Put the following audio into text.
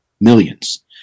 millions